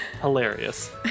hilarious